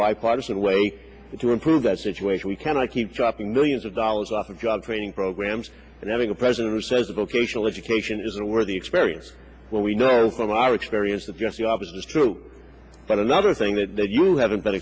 bipartisan way to improve that situation we can i keep dropping millions of dollars off of job training programs and having a president who says vocational education is a worthy experience when we know from our experience that just the opposite is true but another thing that you haven't